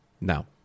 Now